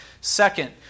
Second